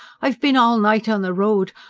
i've bin all night on the road.